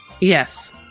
Yes